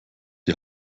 die